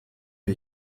der